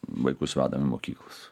vaikus vedam į mokyklas